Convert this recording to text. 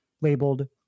labeled